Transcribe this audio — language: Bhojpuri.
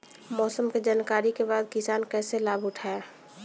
मौसम के जानकरी के बाद किसान कैसे लाभ उठाएं?